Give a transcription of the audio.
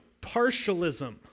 partialism